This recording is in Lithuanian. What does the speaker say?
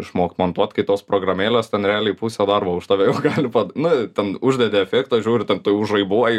išmokt montuot kai tos programėlės ten realiai pusę darbo už tave gali pad nu ten uždedi efektą žiūri ten tu jau žaibuoji